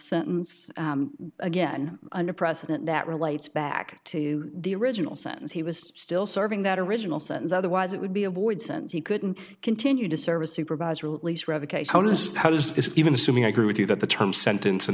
sentence again and a president that relates back to the original sentence he was still serving that original sentence otherwise it would be a void since he couldn't continue to serve a supervisor at least read the case how does how does this even assuming i agree with you that the term sentence in